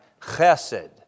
chesed